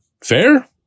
Fair